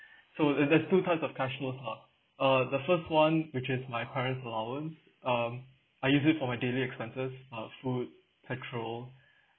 so and that's two types of cash flows lah uh the first one which is my parents allowance um I use it for my daily expenses uh food petrol